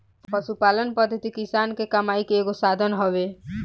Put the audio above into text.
पशुपालन पद्धति किसान के कमाई के एगो साधन हवे